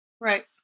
Right